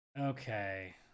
Okay